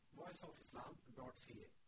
voiceofislam.ca